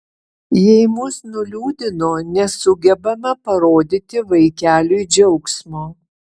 jei mus nuliūdino nesugebame parodyti vaikeliui džiaugsmo